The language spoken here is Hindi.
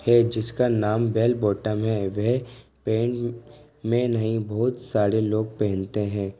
है जिसका नाम बेल बॉटम है वह पेंट में नहीं बहुत सारे लोग पहनते हैं